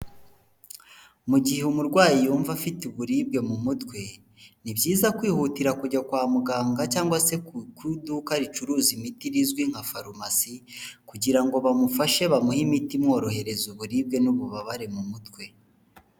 Mu gihe umurwayi yumva afite uburibwe mu mutwe, ni byiza kwihutira kujya kwa muganga cyangwa se ku ku iduka ricuruza imiti rizwi nka farumasi kugira ngo bamufashe bamuhe imiti imworohereza uburibwe n'ububabare mu mutwe.